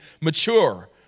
mature